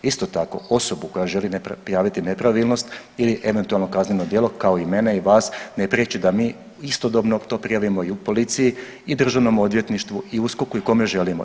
Isto tako osobu koja želi prijaviti nepravilnost ili eventualno kazneno djelo kao i mene i vas ne priječi da mi istodobno to prijavimo i u policiji i Državnom odvjetništvu i USKOK-u i kome želimo.